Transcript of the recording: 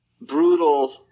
brutal